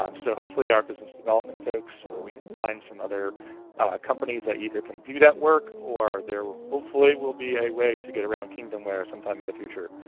um so hopefully our business development folks so or we can find some other companies that either can do that work or there hopefully will be a way to get around kingdomware sometime in the future.